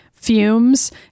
fumes